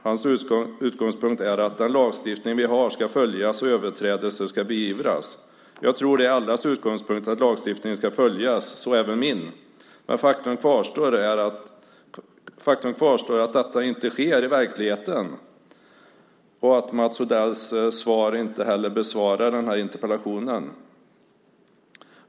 Hans "utgångspunkt är att den lagstiftning vi har ska följas och att överträdelser ska beivras". Jag tror att det är allas utgångsgångspunkt att lagstiftningen ska följas, så även min. Faktum kvarstår att detta inte sker i verkligheten och att Mats Odell inte besvarar interpellationen.